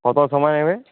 কতো সময় নেবে